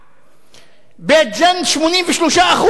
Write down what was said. בית-ג'ן, 83% שיעור הפקעה.